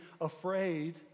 afraid